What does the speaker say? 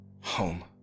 Home